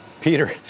Peter